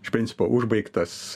iš principo užbaigtas